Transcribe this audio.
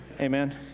Amen